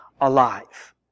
alive